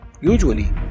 Usually